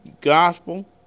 gospel